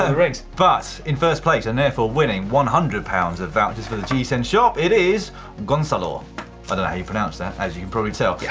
of the rings. but, in first place, and therefore winning one hundred pounds of vouchers for the gcn shop it is goncalor. i don't know how you pronounce that, as you can probably tell. yeah